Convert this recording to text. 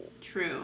True